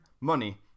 money